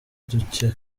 duke